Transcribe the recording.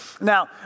Now